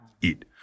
eat